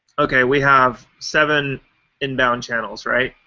okay, we have seven inbound channels, right?